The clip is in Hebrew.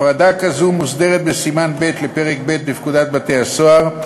הפרדה כזו מוסדרת בסימן ב' לפרק ב' בפקודת בתי-הסוהר ,